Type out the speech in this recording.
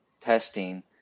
testing